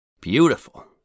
Beautiful